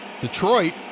Detroit